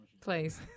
Please